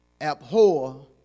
abhor